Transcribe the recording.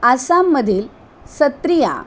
आसाममधील सत्रिया